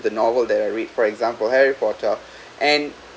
related to the novel that I read for example harry potter and